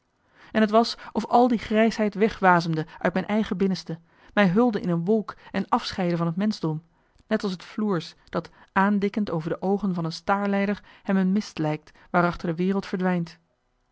en t was of al die grijsheid wegwasemde uit mijn eigen binnenste mij hulde in een wolk en afscheidde van het menschdom net als het floers dat aandikkend over de oogen van een staar lijder hem een mist lijkt waarachter de wereld verdwijnt